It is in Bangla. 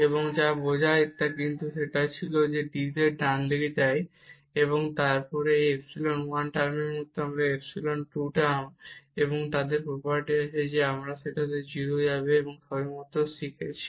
এবং যা বোঝায় কিন্তু এটি ছিল dz যা ডান দিকে যায় এবং তারপর এটি ইপসিলন 1 টার্মের মত এবং এটি ইপসিলন 2 টার্ম এবং তাদের প্রোপার্টি আছে যে তারা আবার 0 এ যাবে যা আমরা সবেমাত্র শিখেছি